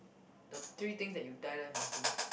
the three things that you die die must do